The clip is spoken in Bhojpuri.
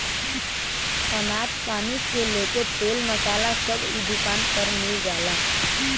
अनाज पानी से लेके तेल मसाला सब इ दुकान पर मिल जाला